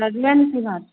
सजमनि की भाव छै